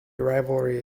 rivalry